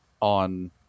on